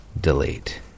delete